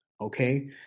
Okay